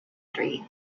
three